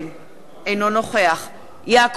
אינו נוכח יעקב אדרי,